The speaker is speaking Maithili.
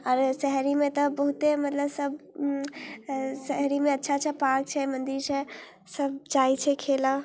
आओर शहरीमे तऽ बहुते मतलब सब अऽ शहरीमे अच्छा अच्छा पार्क छै मन्दिर छै सब जाइ छै खेलऽ